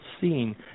seeing